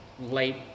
late